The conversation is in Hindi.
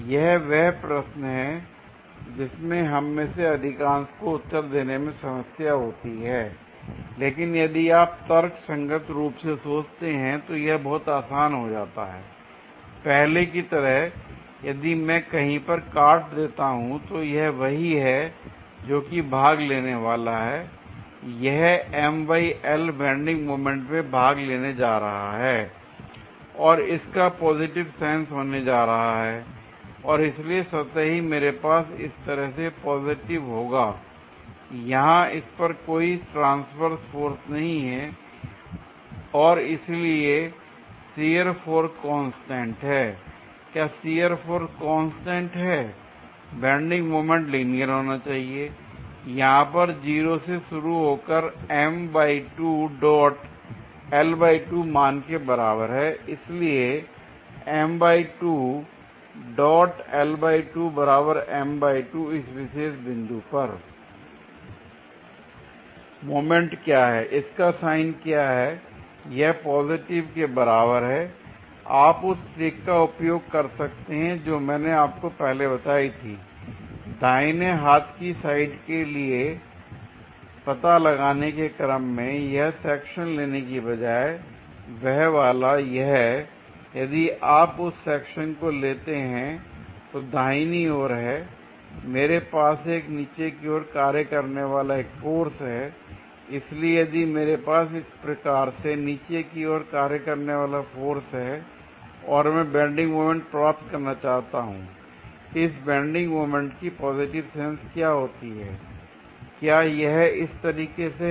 यह वह प्रश्न है जिसमें हम में से अधिकांश को उत्तर देने में समस्या होती है l लेकिन यदि आप तर्कसंगत रूप से सोचते हैं तो यह बहुत आसान हो जाता है l पहले की तरह यदि मैं कहीं पर काट देता हूं तो यह वही है जोकि भाग लेने वाला है यह बेंडिंग मोमेंट में भाग लेने जा रहा है l और इसका पॉजिटिव सेंस होने जा रहा है और इसलिए स्वतः ही मेरे पास इस तरह से पॉजिटिव होगा यहां इस पर कोई ट्रांसवर्से फोर्स नहीं है और इसलिए शियर फोर्स कांस्टेंट है l क्या शियर फोर्स कांस्टेंट है बेंडिंग मोमेंट लिनियर होना चाहिए यहां पर 0 से शुरू होकर मान के बराबर होता है l इसलिए इस विशेष बिंदु पर l मोमेंट क्या है इसका साइन क्या है यह पॉजिटिव के बराबर है l आप उस ट्रिक का उपयोग कर सकते हैं जो मैंने आपको पहले बताई थी l दाहिने हाथ की साइड के लिए पता लगाने के क्रम में यह सेक्शन लेने के बजाय वह वाला यह यदि आप उस सेक्शन को लेते हैं जो दाहिनी और है l मेरे पास एक नीचे की ओर कार्य करने वाला एक फोर्स है l इसलिए यदि मेरे पास इस प्रकार से नीचे की ओर कार्य करने वाला फोर्स है और मैं बेंडिंग मोमेंट प्राप्त करना चाहता हूं इस बेंडिंग मोमेंट की पॉजिटिव सेंस क्या होती है l क्या यह इस तरीके से है